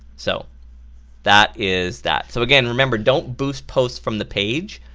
so that is that. so again remember don't boost posts from the page.